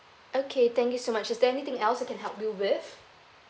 okay thank you so much is there anything else I can help you with